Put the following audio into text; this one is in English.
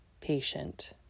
patient